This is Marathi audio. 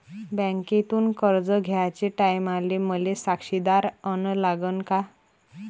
बँकेतून कर्ज घ्याचे टायमाले मले साक्षीदार अन लागन का?